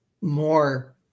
more